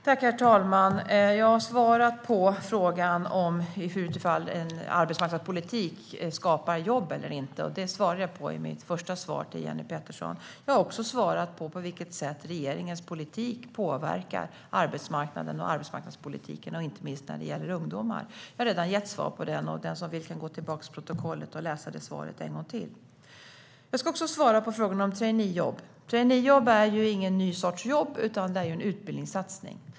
Herr talman! Jag svarade Jenny Petersson i mitt första anförande om en viss arbetsmarknadspolitik skapar jobb eller inte. Jag har också svarat på frågan på vilket sätt regeringens politik påverkar arbetsmarknaden och arbetsmarknadspolitiken inte minst för ungdomar. Jag har redan svarat på frågan. Den som vill kan läsa svaret en gång till i protokollet. Jag ska också svara på frågan om traineejobb. Traineejobb är ingen ny sorts jobb utan en utbildningssatsning.